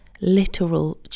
literal